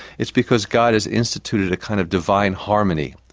it's because god has instituted a kind of divine harmony.